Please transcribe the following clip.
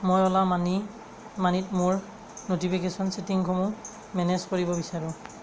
মই অ'লা মানি মানিত মোৰ ন'টিফিকেশ্যন ছেটিংসমূহ মেনেজ কৰিব বিচাৰোঁ